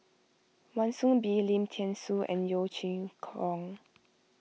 Wan Soon Bee Lim thean Soo and Yeo Chee Kiong